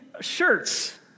shirts